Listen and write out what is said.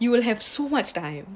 you will have so much time